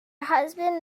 husband